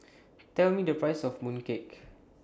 Tell Me The Price of Mooncake